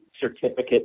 certificate